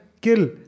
kill